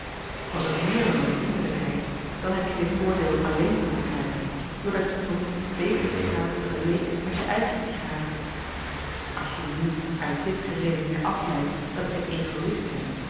was het meer dan een vriendelijkheid dan heb je dit oordeel alleen kunnen krijgen doordat je tong deze sigaar vergeleek met je eigen sigaren als je nù uit dit geredeneer afleidt dat ik een egoïst ben